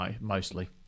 mostly